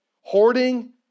Hoarding